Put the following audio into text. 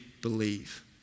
believe